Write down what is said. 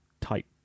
type